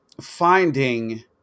finding